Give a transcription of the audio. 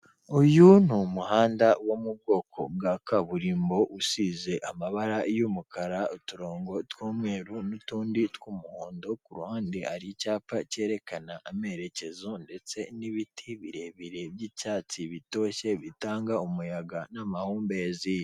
Uyu n'umuhanda wo mu bwoko bwa kaburimbo usize amabara y'umukara uturongo tw'umweru n'utundi tw'umuhondo, ku ruhande hari icyapa cyerekana amerekezo ndetse n'ibiti birebire by'icyatsi bitoshye bitanga umuyaga n'amahumbezi